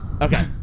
Okay